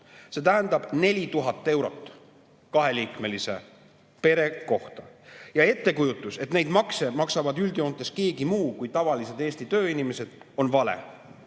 See tähendab 4000 eurot kaheliikmelise pere kohta. Ja ettekujutus, et neid makse maksab üldjoontes keegi muu kui tavalised Eesti tööinimesed, on vale.